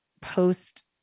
post